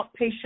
outpatient